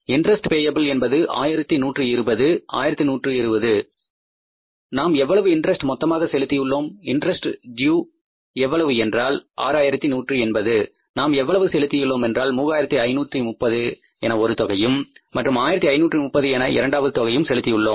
interest பேய்ப்பில் என்பது 1120 1120 நாம் எவ்வளவு இன்ட்ரஸ்ட் மொத்தமாக செலுத்தியுள்ளோம் இன்ட்ரஸ்ட் டியூ எவ்வளவு என்றால் 6180 நாம் எவ்வளவு செலுத்தியுள்ள மென்றால் 3530 என ஒரு தொகையும் மற்றும் 1530 என இரண்டாவது தொகையும் செலுத்தியுள்ளோம்